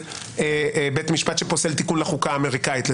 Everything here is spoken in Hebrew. בית משפט שפוסל תיקון לחוקה האמריקנית,